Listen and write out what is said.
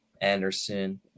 Anderson